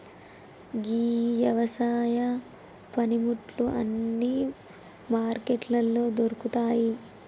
గీ యవసాయ పనిముట్లు అన్నీ మార్కెట్లలో దొరుకుతాయి